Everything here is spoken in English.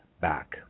back